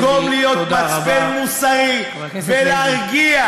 במקום להיות מצפן מוסרי ולהרגיע,